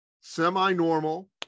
semi-normal